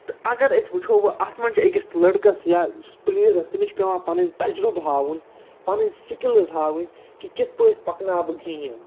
تہٕ اگر أسۍ وُچھَو وۅنۍ اَتھ منٛز چھِ أکِس لڑکَس یا پُلیرَس تٔمِس چھِ پٮ۪وان پَنٕنۍ تجرُبہٕ ہاوُن پَنٕںۍ سِکِلٕز ہاوٕنۍ کہِ کِتھٕ پٲٹھۍ پَکناو بہٕ گیم